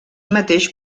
mateix